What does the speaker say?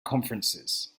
conferences